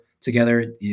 together